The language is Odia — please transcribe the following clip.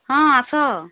ହଁ ଆସ